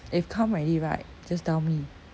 if come already right just tell me